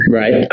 right